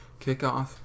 kickoff